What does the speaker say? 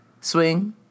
Swing